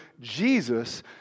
Jesus